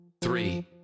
three